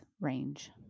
range